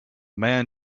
man